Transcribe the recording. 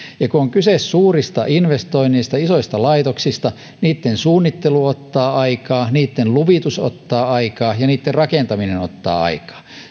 kun on kyse suurista investoinneista isoista laitoksista niitten suunnittelu ottaa aikaa niitten luvitus ottaa aikaa ja niitten rakentaminen ottaa aikaa